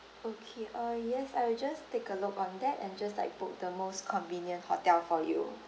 okay uh yes I will just take a look on that and just like book the most convenient hotel for you